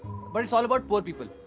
but it's all about poor people.